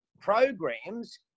programs